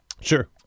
Sure